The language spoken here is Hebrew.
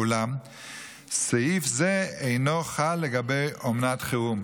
אולם סעיף זה אינו חל לגבי אומנת חירום.